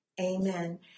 amen